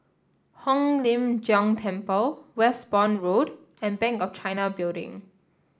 Hong Lim Jiong Temple Westbourne Road and Bank of China Building